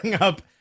up